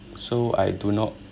so I do not